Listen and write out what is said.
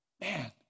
man